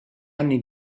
anni